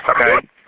Okay